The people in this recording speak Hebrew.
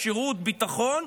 לשירות ביטחון,